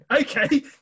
okay